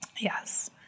Yes